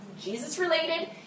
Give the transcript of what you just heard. Jesus-related